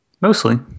Mostly